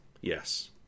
Yes